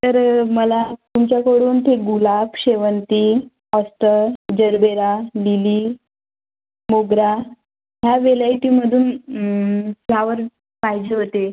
तर मला तुमच्याकडून ते गुलाब शेवंती ॲस्टर जरबेरा लिली मोगरा ह्या व्हेलायटीमधून फ्लावर पाहिजे होते